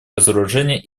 разоружения